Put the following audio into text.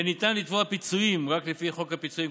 יהיה ניתן לתבוע פיצויים רק לפי חוק הפיצויים.